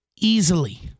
easily